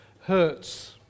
hurts